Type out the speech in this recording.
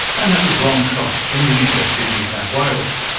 and that was ron cox, from the university of new south wales.